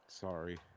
Sorry